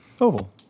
Oval